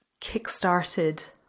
kickstarted